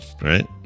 Right